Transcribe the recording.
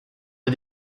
est